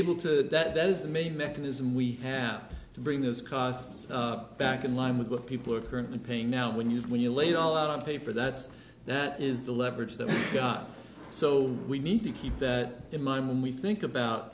able to that that is the main mechanism we have to bring those costs back in line with what people are currently paying now when you when you lay it all out on paper that that is the leverage that we've got so we need to keep that in mind when we think about